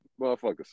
motherfuckers